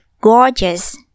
gorgeous